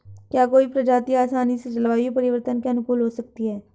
क्या कोई प्रजाति आसानी से जलवायु परिवर्तन के अनुकूल हो सकती है?